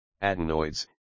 adenoids